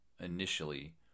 initially